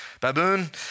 Baboon